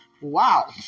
Wow